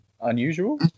Unusual